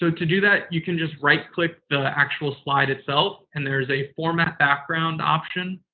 so to do that, you can just right click the actual slide itself, and there's a format background option.